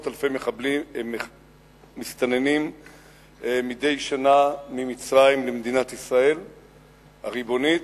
אלפי מסתננים מדי שנה ממצרים למדינת ישראל הריבונית,